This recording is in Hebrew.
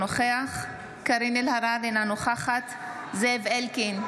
אינו נוכח קארין אלהרר, אינה נוכחת זאב אלקין,